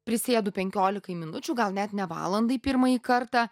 prisėdu penkiolikai minučių gal net ne valandai pirmąjį kartą